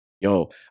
Yo